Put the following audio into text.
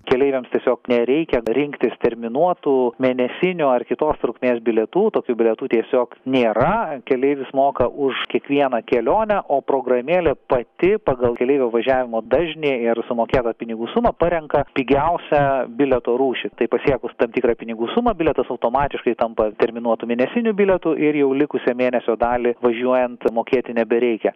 keleiviams tiesiog nereikia rinktis terminuotų mėnesinių ar kitos trukmės bilietų tokių bilietų tiesiog nėra keleivis moka už kiekvieną kelionę o programėlė pati pagal keleivio važiavimo dažnį ir sumokėtą pinigų sumą parenka pigiausią bilieto rūšį tai pasiekus tam tikrą pinigų sumą bilietas automatiškai tampa terminuotu mėnesiniu bilietu ir jau likusią mėnesio dalį važiuojant mokėti nebereikia